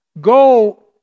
Go